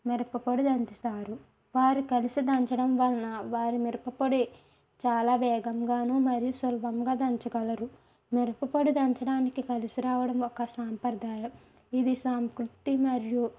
మిరపపొడి దంచుతారు వారి కలిసి దంచడం వలన వారి మిరపపొడి చాలా వేగంగాను మరియు సులభంగా దంచగలరు మిరపపొడి దంచడానికి కలిసి రావడం ఒక సాంప్రదాయం ఇది సాంస్కృతి మరియు